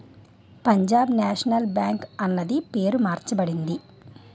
Punjab National Bank అన్నది పేరు మార్చబడింది